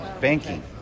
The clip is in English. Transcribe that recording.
banking